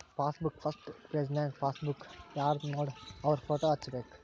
passbook first ಪೆಜನ್ಯಾಗ passbook ಯಾರ್ದನೋಡ ಅವ್ರ ಫೋಟೋ ಹಚ್ಬೇಕ್